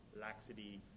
laxity